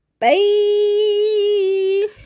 Bye